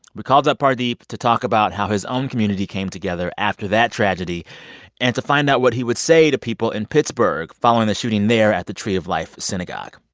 we called up pardeep to talk about how his own community came together after that tragedy and to find out what he would say to people in pittsburgh following the shooting there at the tree of life synagogue